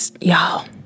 Y'all